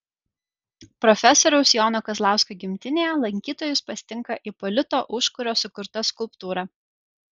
profesoriaus jono kazlausko gimtinėje lankytojus pasitinka ipolito užkurio sukurta skulptūra